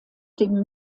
dem